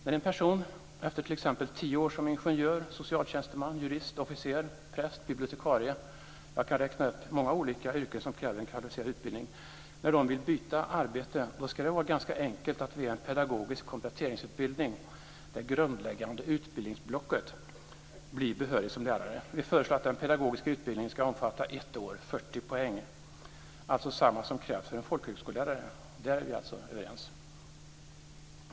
När en person efter t.ex. tio år som ingenjör, socialtjänsteman, jurist, officer, präst, bibliotekarie - jag kan räkna upp många olika yrken som kräver en kvalificerad utbildning - vill byta arbete ska det vara ganska enkelt att via en pedagogisk kompletteringsutbildning, det grundläggande utbildningsblocket, bli behörig som lärare. Vi föreslår att den pedagogiska utbildningen ska omfatta ett år, 40 poäng, dvs. samma som krävs för en folkhögskolelärare. Där är vi alltså överens.